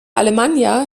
alemannia